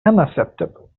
unacceptable